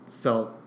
felt